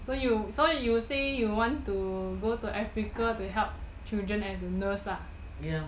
so you so you say you want to go to africa to help children as a nurse ah